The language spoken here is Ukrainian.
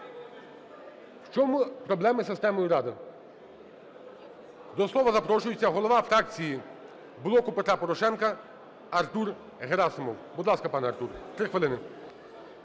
В чому проблема з системою "Рада"? До слова запрошується голова фракції "Блоку Петра Порошенка" Артур Герасимов. Будь ласка, пане Артур, 3 хвилини.